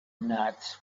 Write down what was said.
nuts